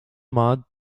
mud